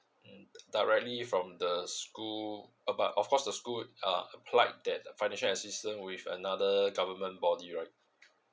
um directly from the school about of course the school uh applied that financial assistance with another government body right